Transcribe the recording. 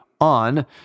on